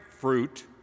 fruit